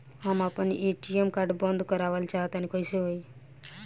हम आपन ATM card बंद करावल चाह तनि कइसे होई?